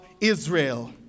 Israel